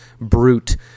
brute